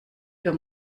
für